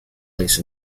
place